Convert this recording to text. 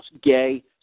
gay